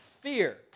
fear